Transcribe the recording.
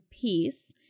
piece